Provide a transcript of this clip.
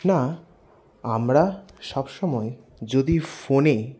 না আমরা সবসময় যদি ফোনে